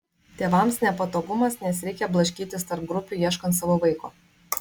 tėvams nepatogumas nes reikia blaškytis tarp grupių ieškant savo vaiko